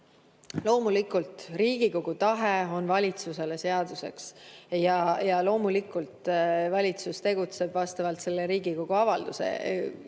Loomulikult on Riigikogu tahe valitsusele seaduseks ja loomulikult valitsus tegutseb selle Riigikogu avalduse